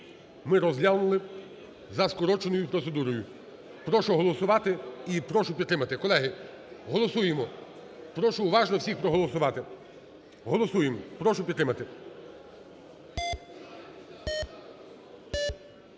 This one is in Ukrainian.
ми розглянули за скороченою процедурою. Прошу голосувати і прошу підтримати. Колеги, голосуємо. Прошу уважно всіх проголосувати. Голосуємо! Прошу підтримати.